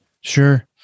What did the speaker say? Sure